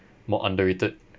more underrated